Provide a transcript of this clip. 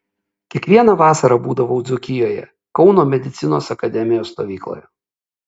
kiekvieną vasarą būdavau dzūkijoje kauno medicinos akademijos stovykloje